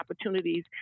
opportunities